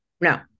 No